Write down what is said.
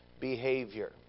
behavior